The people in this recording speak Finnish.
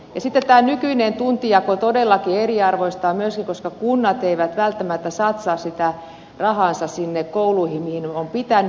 sitten tämä nykyinen tuntijako todellakin eriarvoistaa myöskin koska kunnat eivät välttämättä satsaa sitä rahaansa sinne kouluihin mihin on pitänyt